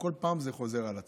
וכל פעם זה חוזר על עצמו,